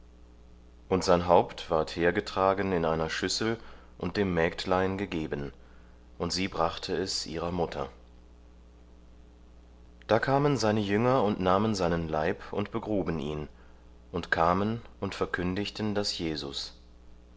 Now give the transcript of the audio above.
und sein haupt ward hergetragen in einer schüssel und dem mägdlein gegeben und sie brachte es ihrer mutter da kamen seine jünger und nahmen seinen leib und begruben ihn und kamen und verkündigten das jesus